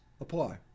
apply